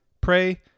Pray